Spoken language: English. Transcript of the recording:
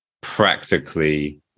practically